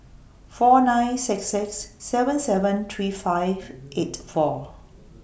four nine six six seven seven three five eight four